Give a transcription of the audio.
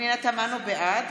בעד